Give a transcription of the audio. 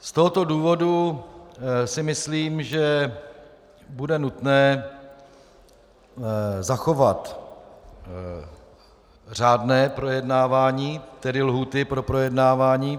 Z tohoto důvodu si myslím, že bude nutné zachovat řádné projednávání, tedy lhůty pro projednávání.